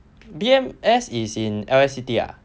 B_M_S is in L_S_C_T ah